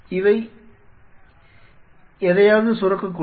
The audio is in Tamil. இவை ஏதாவது சுரக்கக்கூடும்